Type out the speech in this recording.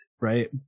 Right